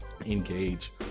engage